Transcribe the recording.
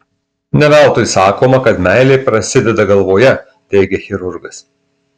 ne veltui sakoma kad meilė prasideda galvoje teigia chirurgas